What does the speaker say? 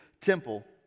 temple